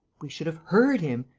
we should have heard him.